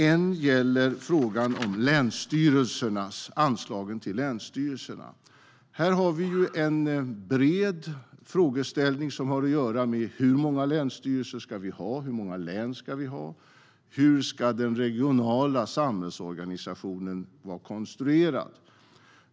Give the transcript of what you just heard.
Ett gäller frågan om anslagen till länsstyrelserna. Här har vi en bred frågeställning som har att göra med hur många länsstyrelser och län vi ska ha och hur den regionala samhällsorganisationen ska vara konstruerad.